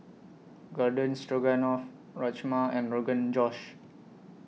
Garden Stroganoff Rajma and Rogan Josh